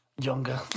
Younger